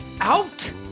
Out